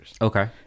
Okay